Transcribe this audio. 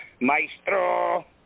Maestro